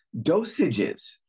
Dosages